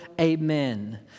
amen